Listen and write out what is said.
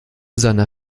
seiner